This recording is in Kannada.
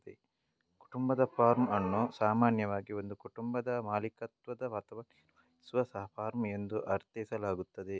ಕುಟುಂಬದ ಫಾರ್ಮ್ ಅನ್ನು ಸಾಮಾನ್ಯವಾಗಿ ಒಂದು ಕುಟುಂಬದ ಮಾಲೀಕತ್ವದ ಅಥವಾ ನಿರ್ವಹಿಸುವ ಫಾರ್ಮ್ ಎಂದು ಅರ್ಥೈಸಲಾಗುತ್ತದೆ